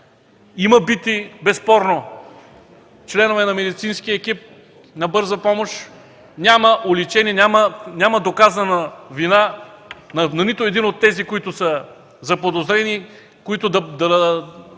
Има бити – безспорно, членове на медицинския екип на Бърза помощ, няма уличени, няма доказана вина на нито един от заподозрените, която да